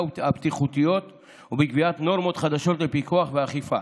הבטיחותיות ובקביעת נורמות חדשות לפיקוח ואכיפה.